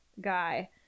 guy